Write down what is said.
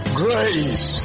grace